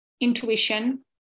intuition